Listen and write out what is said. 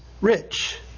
rich